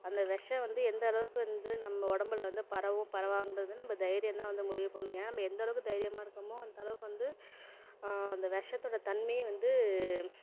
அந்த விஷம் வந்து எந்தளவுக்கு வந்து நம்ப உடம்புல வந்து பரவும் பரவாதுங்குறதை நம்ப தைரியம்தான் வந்து முடிவு பண்ணும் ஏனால் நம்ப எந்தளவுக்கு தைரியமாக இருக்கோமோ அந்தளவுக்கு வந்து அந்த விஷத்தோட தன்மையை வந்து